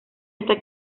hasta